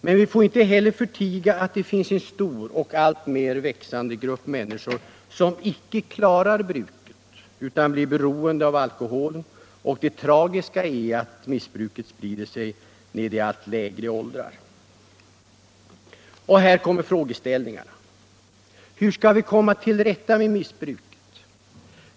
Men vi får inte heller förtiga att det finns en stor och alltmer växande grupp människor som inte klarar bruket utan blir beroende av alkoholen, och det tragiska är att missbruket sprider sig ned i allt lägre åldrar. Och här möter vi frågeställningarna: Hur skall vi komma till rätta med missbruket?